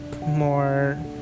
more